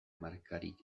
markarik